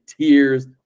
tears